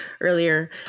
earlier